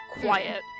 quiet